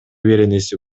беренеси